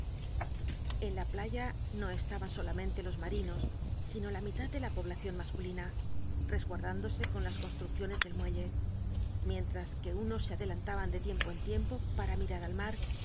en la playa no estaban solamente los marinos sino la mitad de la poblacion masculina resguat dándose con las const rucciones del muelle mieniempo tras que unos se adelan taban de tiempo en l para mirar al mar y